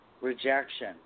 Rejection